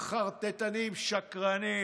חרטטנים, שקרנים.